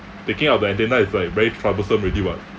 taking out the antenna is like very troublesome already [what]